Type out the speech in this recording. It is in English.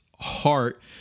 heart